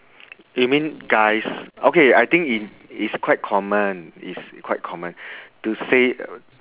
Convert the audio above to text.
you mean guys okay I think in it's quite common it's quite common to say